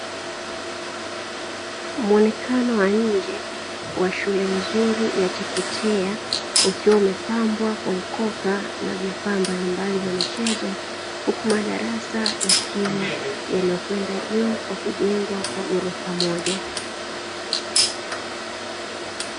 Muonekano mzuri wa nje wa shule ya chekechea, ukiwa umepambwa Kwa ukoka na vifaa mbalimbali vya michezo huku madarasa yakiwa yamekwenda juu Kwa gorofa moja.